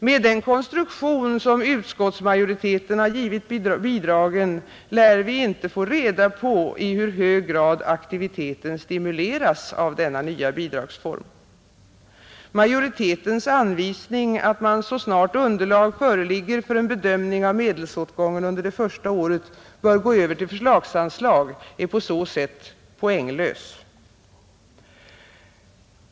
Med den konstruktion som utskottsmajoriteten har givit bidragen lär vi inte få reda på i hur hög grad aktiviteten stimuleras av denna nya bidragsform, Majoritetens anvisning att man så snart underlag föreligger för en bedömning av medelsåtgången under det första året bör gå över till förslagsanslag är på så sätt poänglös.